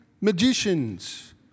magicians